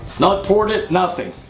not ported, nothing.